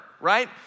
right